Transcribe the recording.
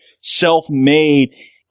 self-made